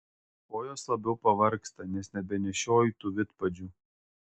kojos labiau pavargsta nes nebenešioju tų vidpadžių